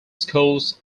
schools